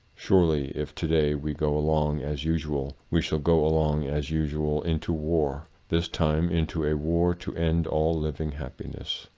surely, if today we go along as usual, we shall go along as usual into war, this time into a war to end all living happiness.